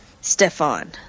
Stefan